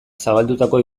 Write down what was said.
zabaldutako